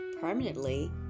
permanently